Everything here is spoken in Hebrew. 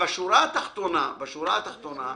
בשורה התחתונה,